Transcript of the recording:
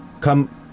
come